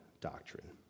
doctrine